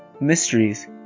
mysteries